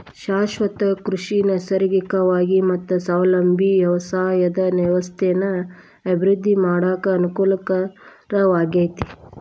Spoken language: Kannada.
ಶಾಶ್ವತ ಕೃಷಿ ನೈಸರ್ಗಿಕವಾಗಿ ಮತ್ತ ಸ್ವಾವಲಂಬಿ ವ್ಯವಸಾಯದ ವ್ಯವಸ್ಥೆನ ಅಭಿವೃದ್ಧಿ ಮಾಡಾಕ ಅನಕೂಲಕರವಾಗೇತಿ